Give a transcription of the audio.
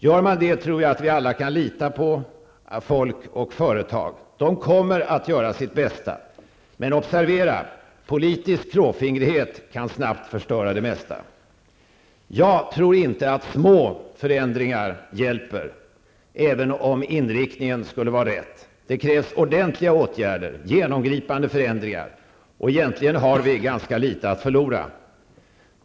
Gör man det, då tror jag att vi alla kan lita på folk och företag. De kommer att göra sitt bästa. Men observera att politisk klåfingrighet snabbt kan förstöra det mesta. Jag tror inte att små förändringar hjälper även om inriktningen är rätt. Det krävs ordentliga åtgärder och genomgripande förändringar. Egentligen har vi ganska litet att förlora.